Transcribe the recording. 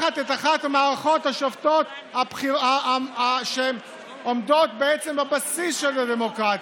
לקחת את אחת המערכות השופטות שעומדות בעצם בבסיס של הדמוקרטיה,